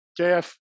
JF